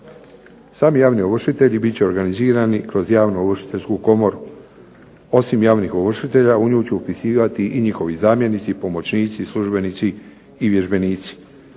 Sami javni ovršitelji bit će organizirani kroz javno ovršiteljsku komoru. Osim javnih ovršitelja u nju će upisivati i njihovi zamjenici, pomoćnici, službenici i vježbenici.